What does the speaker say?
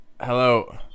Hello